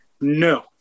No